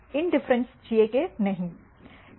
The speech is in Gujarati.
ઇંનડિફરેન્સ છીએ કે નહીં